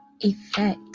effect